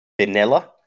vanilla